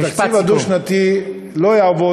התקציב הדו-שנתי לא יעבוד,